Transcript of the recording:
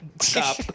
stop